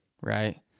right